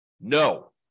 no